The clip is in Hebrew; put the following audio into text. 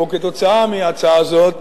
או כתוצאה מההצעה הזאת,